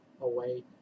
away